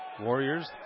Warriors